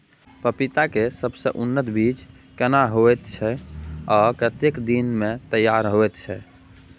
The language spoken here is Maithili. पपीता के सबसे उन्नत बीज केना होयत छै, आ कतेक दिन में तैयार होयत छै?